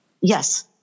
Yes